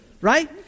right